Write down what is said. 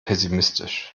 pessimistisch